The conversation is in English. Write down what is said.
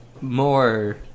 more